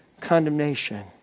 condemnation